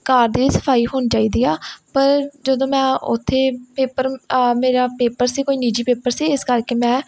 ਕਾਰ ਦੀ ਸਫ਼ਾਈ ਹੋਣੀ ਚਾਹੀਦੀ ਆ ਪਰ ਜਦੋਂ ਮੈਂ ਉੱਥੇ ਪੇਪਰ ਮੇਰਾ ਪੇਪਰ ਸੀ ਕੋਈ ਨਿੱਜੀ ਪੇਪਰ ਸੀ ਇਸ ਕਰਕੇ ਮੈਂ